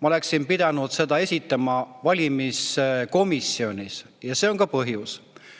Ma oleksin pidanud selle esitama valimiskomisjonis. See on see põhjus.